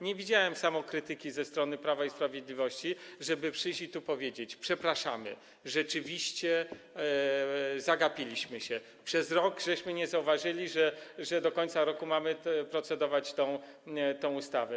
Nie widziałem samokrytyki ze strony Prawa i Sprawiedliwości, żeby przyszli i powiedzieli: przepraszamy, rzeczywiście zagapiliśmy się, przez rok nie zauważyliśmy, że do końca roku mamy procedować nad tą ustawą.